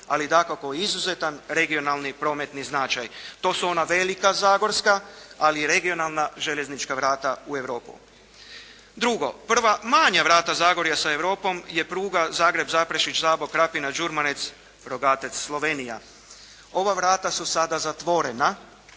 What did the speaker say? ali dakako i izuzetan regionalni prometni značaj. To su ona velika zagorska ali regionalna željeznička vrata u Europu. Drugo, prva manja vrata Zagorja sa Europom je pruga Zagreb-Zaprešić-Zabok-Krapina-Đurmanec-Rogatec-Slovenija. Ova vrata su sada zatvorena